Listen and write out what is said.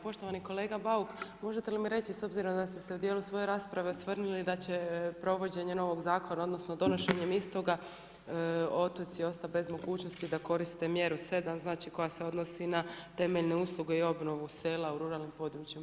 Poštovani kolega Bauk, možete li mi reći, s obzirom da ste se u dijelu svoje rasprave osvrnuli da će provođenje novog zakona odnosno donošenjem istoga otoci ostati bez mogućnosti da koriste mjeru 7, znači koja se odnosi na temeljne usluge i obnovu sela u ruralnim područjima.